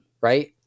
right